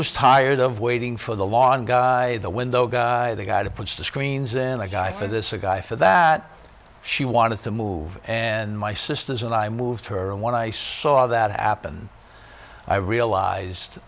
was tired of waiting for the lawn guy the window guy the guy to put the screens in the guy for this guy for that she wanted to move and my sisters and i moved her and when i saw that happened i realized